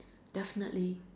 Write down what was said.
definitely